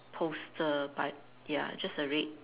poster but ya just a red